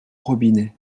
robinet